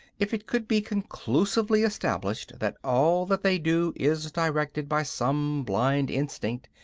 if it could be conclusively established that all that they do is directed by some blind instinct,